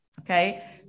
Okay